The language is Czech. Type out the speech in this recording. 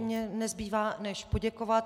Mně nezbývá než poděkovat.